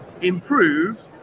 improve